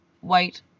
white